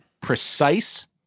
precise